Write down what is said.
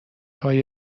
های